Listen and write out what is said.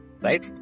right